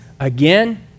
Again